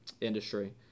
industry